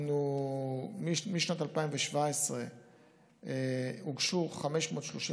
משנת 2017 הוגשו 536